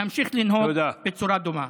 נמשיך לנהוג בצורה דומה.